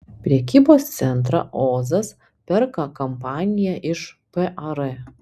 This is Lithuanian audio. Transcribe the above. prekybos centrą ozas perka kompanija iš par